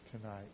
tonight